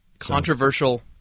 Controversial